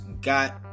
got